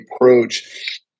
approach